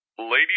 Ladies